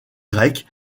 grecque